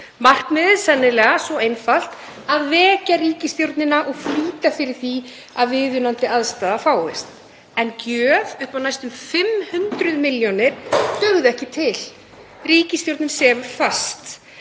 Markmiðið sennilega svo einfalt að vekja ríkisstjórnina og flýta fyrir því að viðunandi aðstaða fáist. En gjöf upp á næstum 500 milljónir dugði ekki til. Ríkisstjórnin sefur fast.